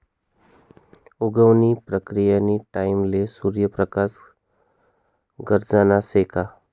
उगवण नी प्रक्रीयानी टाईमले सूर्य प्रकाश गरजना शे का